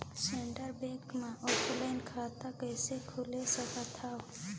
Central bank मे offline खाता कइसे खोल सकथव?